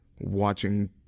watching